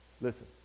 Listen